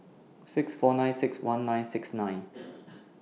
six four nine six one nine six nine